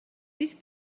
this